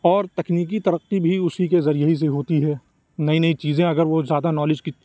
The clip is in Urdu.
اور تکنیکی ترقی بھی اسی کے ذریعہ ہی سے ہوتی ہے نئی نئی چیزیں اگر وہ زیادہ نالج کی